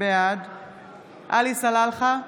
בעד עלי סלאלחה,